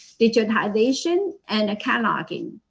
digitization, and cataloging.